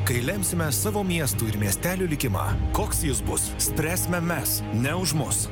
kai lemsime savo miestų ir miestelių likimą koks jis bus spręsime mes ne už mus